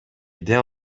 дем